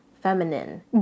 feminine